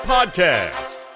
Podcast